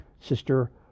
Sister